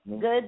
Good